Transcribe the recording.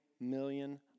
million